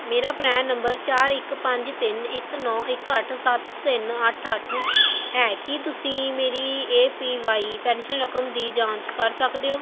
ਮੇਰਾ PRAN number ਚਾਰ ਇਕ ਪੰਜ ਤਿੰਨ ਇਕ ਨੌ ਇਕ ਅੱਠ ਸੱਤ ਤਿੰਨ ਅੱਠ ਅੱਠ ਹੈ ਕੀ ਤੁਸੀਂ ਮੇਰੀ ਏ ਪੀ ਵਾਈ ਪੈਨਸ਼ਨ ਰਕਮ ਦੀ ਜਾਂਚ ਕਰ ਸਕਦੇ ਹੋ